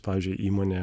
pavyzdžiui įmonė